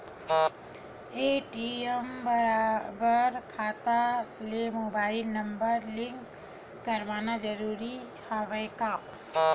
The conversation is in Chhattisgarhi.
ए.टी.एम बर खाता ले मुबाइल नम्बर लिंक करवाना ज़रूरी हवय का?